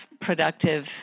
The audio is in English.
productive